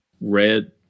red